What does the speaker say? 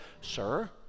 sir